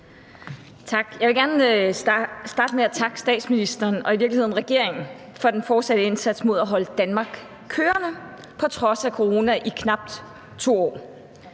Jeg vil gerne starte med at takke statsministeren og i virkeligheden regeringen for den fortsatte indsats med at holde Danmark kørende på trods af corona i knap 2 år.